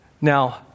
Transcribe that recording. now